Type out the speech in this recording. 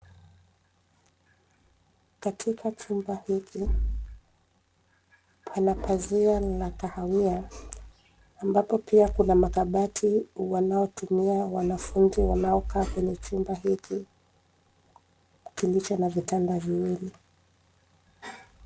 Katika chumba hiki, pana pazia la kahawia, ambapo pia kuna makabati wanaotumia wanafunzi, wanaokaa kwenye chumba hiki, kilicho na vitanda viwili.